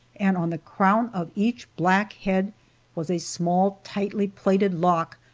and on the crown of each black head was a small, tightly plaited lock,